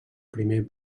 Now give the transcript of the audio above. primer